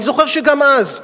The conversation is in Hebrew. אני זוכר שגם אז,